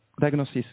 diagnosis